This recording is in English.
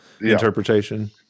interpretation